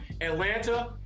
atlanta